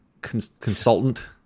consultant